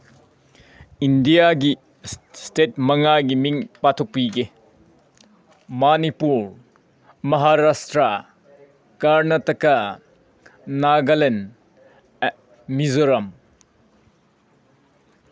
ꯏꯟꯗꯤꯌꯥꯒꯤ ꯏꯁꯇꯦꯠ ꯃꯉꯥꯒꯤ ꯃꯤꯡ ꯄꯥꯊꯣꯛꯄꯤꯒꯦ ꯃꯅꯤꯄꯨꯔ ꯃꯍꯥꯔꯥꯁꯇ꯭ꯔ ꯀꯔꯅꯇꯀꯥ ꯅꯥꯒꯥꯂꯦꯟ ꯃꯤꯖꯣꯔꯥꯝ